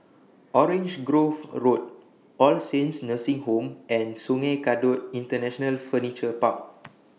Orange Grove Road All Saints Nursing Home and Sungei Kadut International Furniture Park